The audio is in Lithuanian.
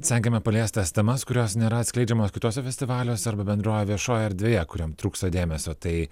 stengiame paliest tas temas kurios nėra atskleidžiamos kituose festivaliuose arba bendroje viešoje erdvėje kuriom trūksta dėmesio tai